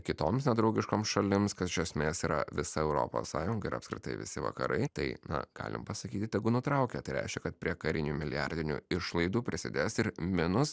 kitoms nedraugiškoms šalims kas iš esmės yra visa europos sąjunga ir apskritai visi vakarai tai na galim pasakyti tegu nutraukia tai reiškia kad prie karinių milijardinių išlaidų prisidės ir minus